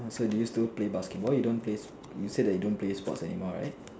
oh so do you still play basketball you don't play you said that you don't play sports anymore right